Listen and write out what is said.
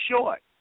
short